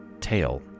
Tail